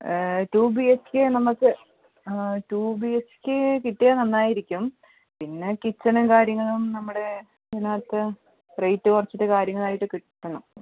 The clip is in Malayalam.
റ്റു ബി എച്ച് കെ നമുക്ക് റ്റു ബി എച്ച് കെ കിട്ടിയാൽ നന്നായിരിക്കും പിന്നെ കിച്ചണും കാര്യങ്ങളും നമ്മുടെ പിന്നെ ഞങ്ങൾക്ക് റേറ്റ് കുറച്ചിട്ട് കാര്യങ്ങളായിട്ട് കിട്ടണം